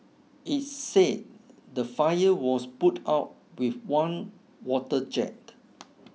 it said the fire was put out with one water jet